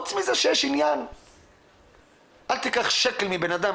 אל תיקח שקל מבן אדם,